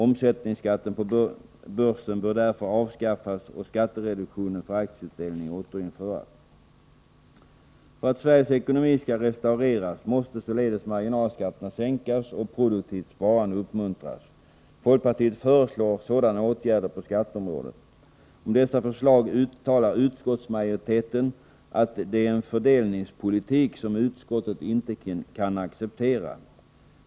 Omsättningsskatten på börsen bör därför avskaffas och skattereduktionen för aktieutdelning återinföras. För att Sveriges ekonomi skall restaureras måste således marginalskatterna sänkas och produktivt sparande uppmuntras. Folkpartiet föreslår sådana åtgärder på skatteområdet. Om detta förslag uttalar utskottsmajoriteten att det är en fördelningspolitik som utskottet inte kan acceptera.